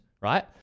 right